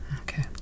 Okay